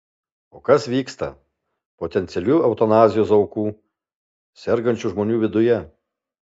o kas vyksta potencialių eutanazijos aukų sergančių žmonių viduje